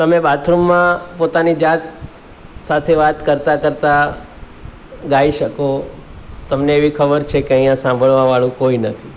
તમે બાથરૂમમાં પોતાની જાત સાથે વાત કરતાં કરતાં ગાઈ શકો તમને એવી ખબર છે કે અહીંયાં સાંભળવાવાળું કોઈ નથી